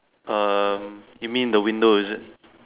um you mean the window is it